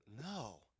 No